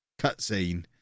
cutscene